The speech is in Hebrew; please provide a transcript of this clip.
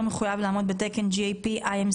לא מחויב לעמוד בתקן GAP-IMC,